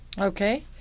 Okay